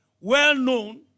Well-known